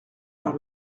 par